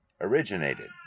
originated